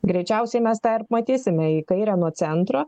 greičiausiai mes tą ir matysime į kairę nuo centro